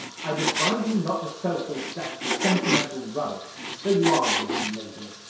i'd advise you not to spell forth that sentimental rubbish, though you are a young lady,